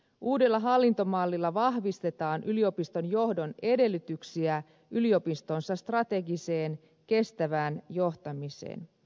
uudella hallintomallilla vahvistetaan yliopiston johdon edellytyksiä yliopistonsa strategiseen kestävään johtamiseen